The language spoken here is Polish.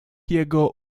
jego